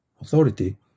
authority